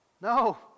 No